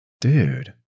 dude